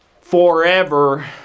forever